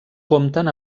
compten